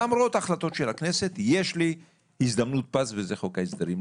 למרות החלטות של הכנסת יש לי הזדמנות פז וזה חוק ההסדרים,